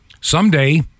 Someday